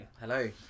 Hello